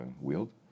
wield